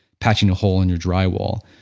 patching a hole in your drywall.